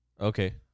Okay